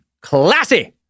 Classy